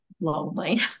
lonely